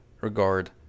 regard